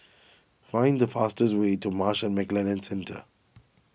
find the fastest way to Marsh and McLennan Centre